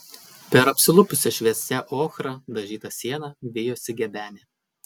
per apsilupusią šviesia ochra dažytą sieną vijosi gebenė